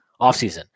offseason